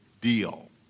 deal